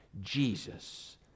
Jesus